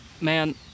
man